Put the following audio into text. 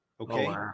Okay